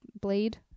blade